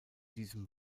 diesem